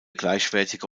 gleichwertige